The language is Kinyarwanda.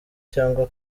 cyangwa